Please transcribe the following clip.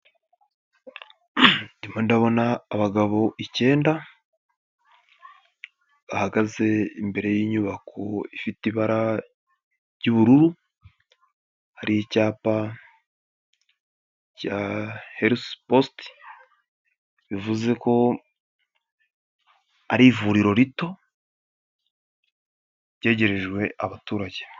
Ndimo ndabona abagabo icyenda, bahagaze imbere y'inyubako ifite ibara, ry'ubururu, hari icyapa, cya Herifu positi, bivuze ko ari ivuriro rito ryegerejwe abaturage.